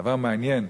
דבר מעניין,